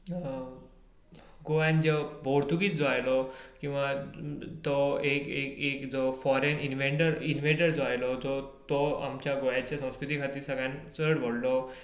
गोंयांत जो पोर्तुगीज जो आयलो किंवा जो एक एक जो फॉरेन इनवेडर जो आयलो तो आमच्या गोंयच्या संस्कृती खातीर सगळ्यान चड व्हडलो